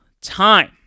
time